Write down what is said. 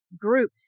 group